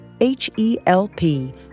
H-E-L-P